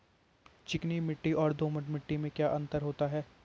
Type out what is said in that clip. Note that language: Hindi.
चिकनी मिट्टी और दोमट मिट्टी में क्या अंतर है?